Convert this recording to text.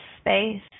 space